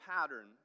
pattern